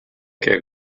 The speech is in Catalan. què